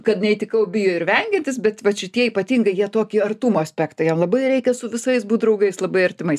kad neįtikau bijo ir vengiantys bet vat šitie ypatingai jie tokį artumo aspektą jiem labai reikia su visais būt draugais labai artimais